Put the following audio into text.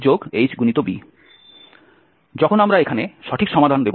যখন আমরা এখানে সঠিক সমাধান দেব তখনই আমরা এখানে x পাব